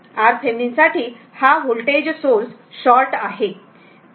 RThevenin साठी हा voltage source short आहे